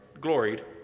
gloried